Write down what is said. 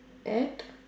at